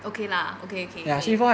okay lah ya okay okay okay